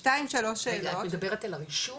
שתיים-שלוש שאלות --- את מדברת על הרישום,